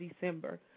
December